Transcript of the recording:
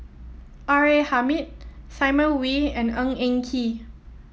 R A Hamid Simon Wee and Ng Eng Kee